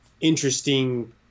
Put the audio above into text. interesting